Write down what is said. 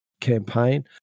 campaign